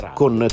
con